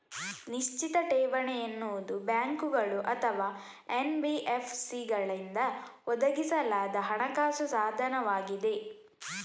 ನಿಶ್ಚಿತ ಠೇವಣಿ ಎನ್ನುವುದು ಬ್ಯಾಂಕುಗಳು ಅಥವಾ ಎನ್.ಬಿ.ಎಫ್.ಸಿಗಳಿಂದ ಒದಗಿಸಲಾದ ಹಣಕಾಸು ಸಾಧನವಾಗಿದೆ